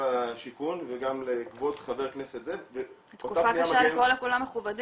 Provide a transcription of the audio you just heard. הבינוי והשיכון וגם לכבוד חבר כנסת זה ו --- תקופה קשה לכל המכובדים,